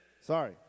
Sorry